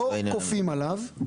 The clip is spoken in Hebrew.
שרוצה.